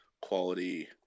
quality